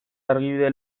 argibide